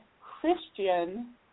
Christian –